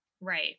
Right